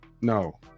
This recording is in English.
no